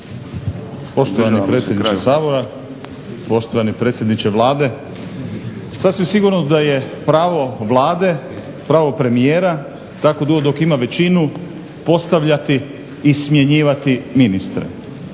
Poštovani predsjedniče Sabora, poštovani predsjedniče Vlade. Sasvim sigurno da je pravo Vlade, pravo premijera tako dugo dok ima većinu postavljati i smjenjivati ministre.